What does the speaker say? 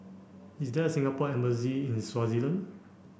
is there a Singapore embassy in Swaziland